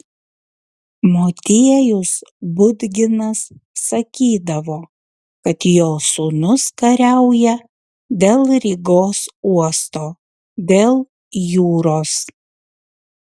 motiejus budginas sakydavo kad jo sūnus kariauja dėl rygos uosto dėl jūros